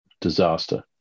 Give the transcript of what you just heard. disaster